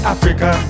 Africa